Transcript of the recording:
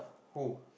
who